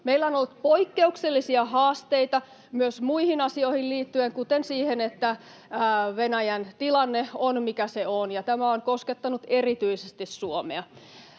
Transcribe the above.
Meillä on ollut poikkeuksellisia haasteita myös muihin asioihin liittyen, kuten siihen, että Venäjän tilanne on, mikä se on, ja tämä on koskettanut erityisesti Suomea.